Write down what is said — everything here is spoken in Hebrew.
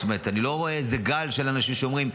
זאת אומרת אני לא רואה איזה גל של אנשים שאומרים,